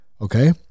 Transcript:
Okay